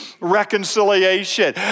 reconciliation